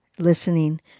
Listening